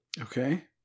Okay